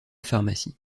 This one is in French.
pharmacie